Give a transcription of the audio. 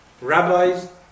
rabbis